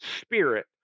spirit